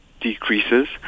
decreases